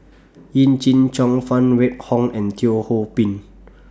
Yee Jenn Jong Phan Wait Hong and Teo Ho Pin